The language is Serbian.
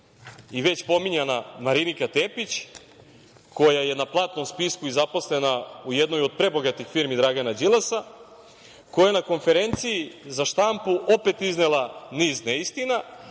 i već pominjana Marinika Tepić, koja je na platnom spisku i zaposlena u jednoj od prebogatih firmi Dragana Đilasa, koja je na konferenciji za štampu opet iznela niz neistina,